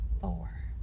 four